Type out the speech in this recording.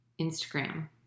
Instagram